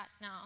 now